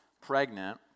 pregnant